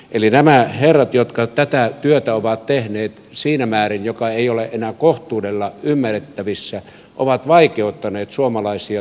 eli nämä herrat jotka tätä työtä ovat tehneet siinä määrin ettei se ole enää kohtuudella ymmärrettävissä ovat vaikeuttaneet suomalaisia työmarkkinaratkaisuja